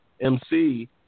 MC